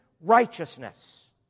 righteousness